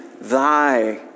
thy